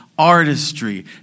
artistry